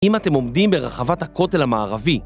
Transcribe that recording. אם אתם עומדים ברחבת הכותל המערבי